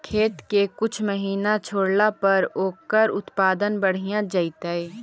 खेत के कुछ महिना छोड़ला पर ओकर उत्पादन बढ़िया जैतइ?